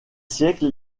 siècles